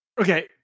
Okay